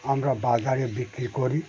আমরা বাজারে বিক্রি করি